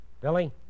Billy